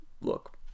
look